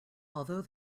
although